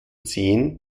zehn